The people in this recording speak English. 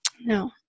No